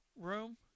room